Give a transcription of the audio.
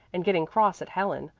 and getting cross at helen,